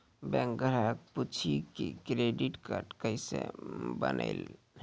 Bank ग्राहक पुछी की क्रेडिट कार्ड केसे बनेल?